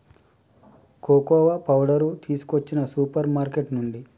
cocoa powder తీసుకొచ్చిన supermarket నుండి